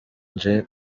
nje